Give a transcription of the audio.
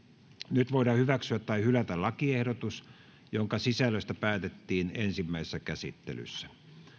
nyt voidaan hyväksyä tai hylätä lakiehdotus jonka sisällöstä päätettiin ensimmäisessä käsittelyssä